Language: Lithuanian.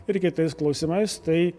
ir kitais klausimais tai